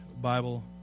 Bible